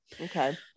Okay